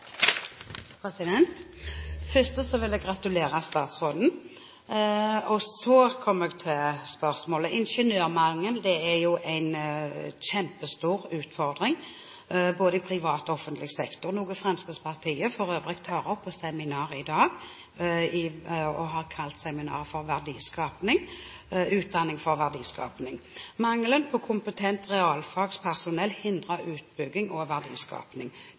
kommer jeg til spørsmålet. Ingeniørmangelen er en kjempestor utfordring i både privat og offentlig sektor, noe som Fremskrittspartiet for øvrig tar opp på seminar i dag. Vi har kalt seminaret Utdanning for verdiskaping. Mangelen på kompetent realfagspersonell hindrer utbygging og